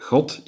God